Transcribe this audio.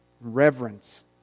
reverence